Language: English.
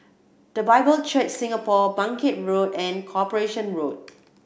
The Bible Church Singapore Bangkit Road and Corporation Road